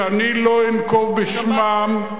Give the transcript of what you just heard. שאני לא אנקוב בשמם,